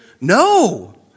No